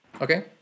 Okay